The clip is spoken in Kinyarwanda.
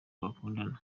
bakundana